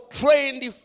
trained